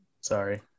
Sorry